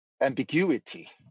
ambiguity